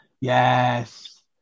yes